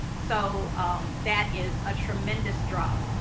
so that is a tremendous drop.